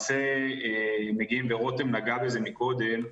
רותם נגע בזה קודם.